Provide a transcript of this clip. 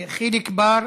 חיליק בר,